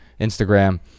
Instagram